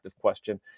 question